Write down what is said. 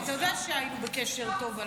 כי אתה יודע שהיינו בקשר טוב,